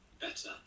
better